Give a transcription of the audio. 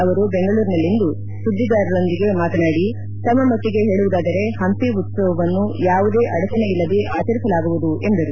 ಅವರು ಬೆಂಗಳೂರಿನಲ್ಲಿಂದು ಸುದ್ದಿಗಾರರೊಂದಿಗೆ ಮಾತನಾಡಿ ತಮ್ಮ ಮಟ್ಟಗೆ ಹೇಳುವುದಾದರೆ ಹಂಪಿ ಉತ್ಸವವನ್ನು ಯಾವುದೇ ಅಡಚಣೆ ಇಲ್ಲದೆ ಆಚರಿಸಲಾಗುವುದು ಎಂದರು